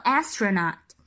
astronaut